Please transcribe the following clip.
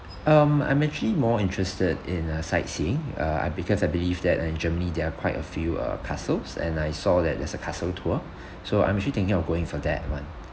um I'm actually more interested in uh sightseeing uh I because I believe that in germany there are quite a few uh castles and I saw that there's a castle tour so I'm actually thinking of going for that [one]